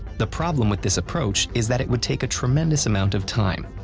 the problem with this approach is that it would take a tremendous amount of time.